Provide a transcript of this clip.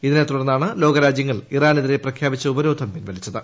ഇതിനെ തുടർന്നാണ് ലോകരാജ്യങ്ങൾ ഇറാനെതിരെ പ്രഖ്യാപിച്ച ഉപരോധം പിൻവലിച്ചത്